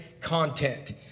content